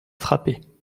frappés